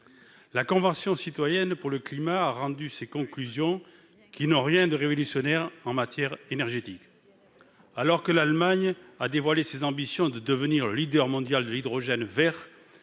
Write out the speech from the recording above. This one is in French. La Convention citoyenne pour le climat a rendu ses conclusions, qui n'ont rien de révolutionnaire en matière énergétique. Dans le même temps, l'Allemagne a dévoilé son ambition de devenir le leader mondial de l'hydrogène vert,